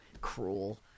cruel